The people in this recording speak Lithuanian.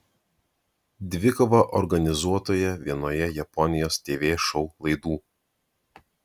dvikovą organizuotoje vienoje japonijos tv šou laidų